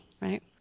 right